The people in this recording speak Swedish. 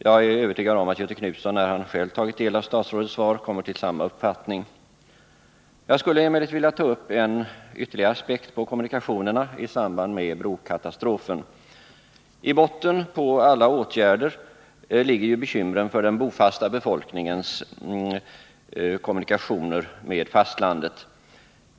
Jag är övertygad om att Göthe Knutson, när han själv tagit del av statsrådets svar, kommer till samma uppfattning. Jag skulle emellertid vilja ta upp en ytterligare aspekt på kommunikationerna i samband med brokatastrofen. I botten för alla åtgärder ligger ju bekymren för den bofasta befolkningens kommunikationer med fastlandet.